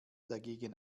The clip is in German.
dagegen